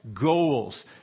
goals